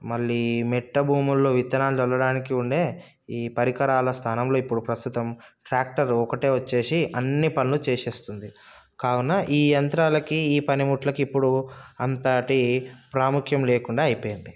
మళ్ళీ మెట్ట భూముల్లో విత్తనాలు చల్లడానికి ఉండే ఈ పరికరాల స్థానంలో ఇప్పుడు ప్రస్తుతం ట్రాక్టర్ ఒకటే వచ్చేసి అన్ని పనులూ చేసేస్తుంది కావున ఈ యంత్రాలకి ఈ పనిముట్లకి ఇప్పుడు అంతటి ప్రాముఖ్యం లేకుండా అయిపోయింది